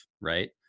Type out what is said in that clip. Right